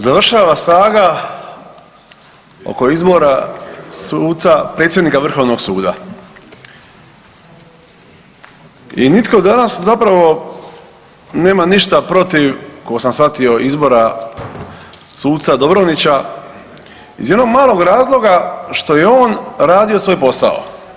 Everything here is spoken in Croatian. Završava saga oko izbora predsjednika Vrhovnog suda i nitko danas zapravo nema ništa protiv koliko sam shvatio izbora suca Dobronića iz jednog malog razloga što je on radio svoj posao.